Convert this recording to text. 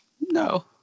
no